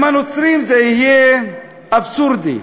עם הנוצרים זה יהיה אבסורדי,